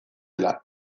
dela